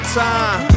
time